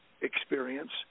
experience